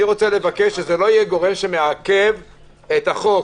יהיה גורם שמעכב את החוק,